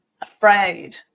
afraid